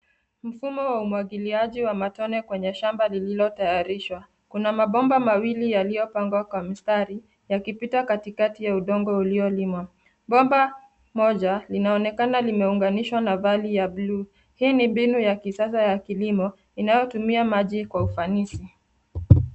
Mfumo wa umwagiliaji wa matone kwenye shamba lililotayarishwa. Kuna mabomba mawili yaliyopangwa kwa mstari, yakipita katikati ya udongo uliolimwa. Bomba moja, linaonekana limeunganishwa na vali ya blue . Hii ni mbinu ya kisasa ya kilimo, inayotumia maji kwa ufanisi.